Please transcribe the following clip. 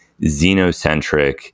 xenocentric